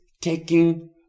taking